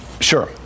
Sure